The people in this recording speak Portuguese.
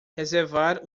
reservar